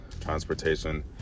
transportation